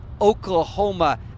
Oklahoma –